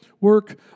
work